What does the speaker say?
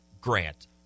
Grant